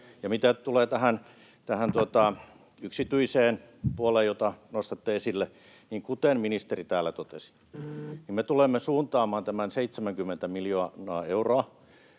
Mitä tulee tähän yksityiseen puoleen, jota nostatte esille, niin kuten ministeri täällä totesi, me tulemme suuntaamaan tämän 70 miljoonaa euroa